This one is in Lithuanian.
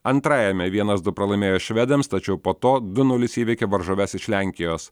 antrajame vienas du pralaimėjo švedėms tačiau po to du nulis įveikė varžoves iš lenkijos